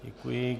Děkuji.